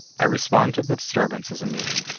i respond to the disturbance as a meaning.